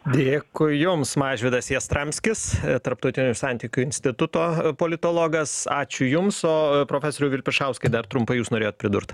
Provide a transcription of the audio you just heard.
dėkui jums mažvydas jastramskis tarptautinių santykių instituto politologas ačiū jums o profesoriau vilpišauskai dar trumpai jūs norėjot pridurt